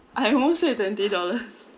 I won't say twenty dollar